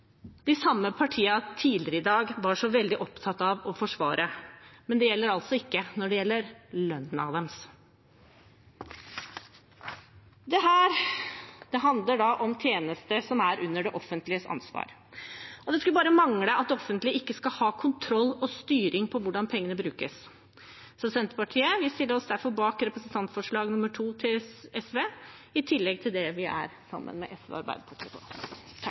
de samme arbeidstakerne som de samme partiene tidligere i dag var så veldig opptatt av å forsvare, men det gjelder altså ikke lønnen deres. Dette handler om tjenester som er under det offentliges ansvar. Det skulle bare mangle at det offentlige ikke skal ha kontroll og styring med hvordan pengene brukes. Senterpartiet stiller seg derfor bak forslag nr. 2, sammen med SV, og jeg tar opp forslaget. Vi stiller oss også bak forslag nr. 1, sammen med SV og Arbeiderpartiet.